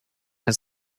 has